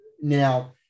now